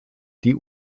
die